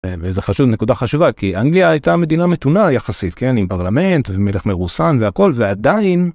וזה חשוב, נקודה חשובה, כי אנגליה הייתה מדינה מתונה יחסית, כן, עם פרלמנט, ומלך מרוסן והכל ועדיין...